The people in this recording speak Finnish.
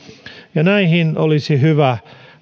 näihin olisi hyvä